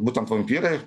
būtent vampyrai